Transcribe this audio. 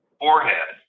forehead